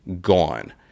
gone